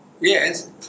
Yes